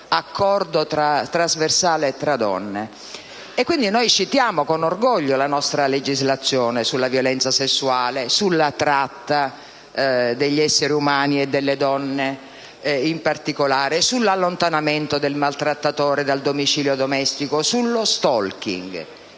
accordo trasversale tra donne. Citiamo con orgoglio, dunque, la nostra legislazione sulla violenza sessuale; sulla tratta degli esseri umani, e delle donne in particolare; sull'allontanamento del maltrattatore dal domicilio domestico, sullo *stalking*.